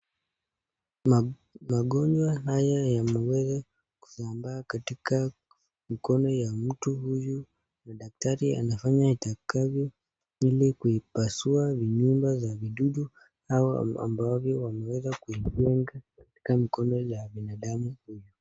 Magonjwa haya yameweza kusambaa katika mkono ya mtu huyu, daktari anafanya atakavyo ili kuipasua nyumba za vidudu hawa ambavyo wameweza kujiweka katika mikono ya binadamu huyu.